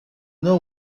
know